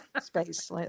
space